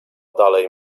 dalej